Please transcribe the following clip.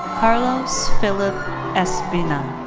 carlos phillip espina.